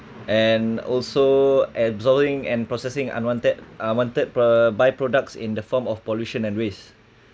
and also absorbing and processing unwanted unwanted per~ buy products in the form of pollution and waste